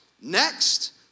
Next